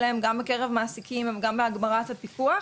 בקרב מעסיקים, גם בהגברת הפיקוח